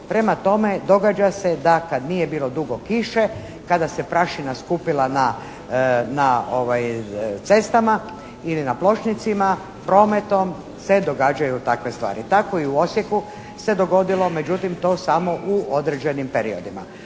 Prema tome, događa se da kad nije bilo dugo kiše, kada se prašina skupila na cestama ili na pločnicima prometom se događaju se takve stvari. Tako i u Osijeku se dogodilo, međutim to samo u određenim periodima.